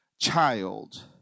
child